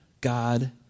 God